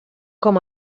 com